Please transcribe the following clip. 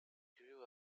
grew